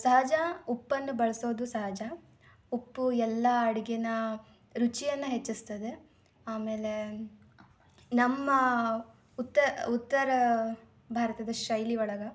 ಸಹಜ ಉಪ್ಪನ್ನು ಬಳಸೋದು ಸಹಜ ಉಪ್ಪು ಎಲ್ಲ ಅಡಿಗೆಯ ರುಚಿಯನ್ನು ಹೆಚ್ಚಿಸ್ತದೆ ಆಮೇಲೆ ನಮ್ಮ ಉತ್ತ ಉತ್ತರ ಭಾರತದ ಶೈಲಿ ಒಳಗೆ